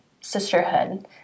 sisterhood